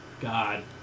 God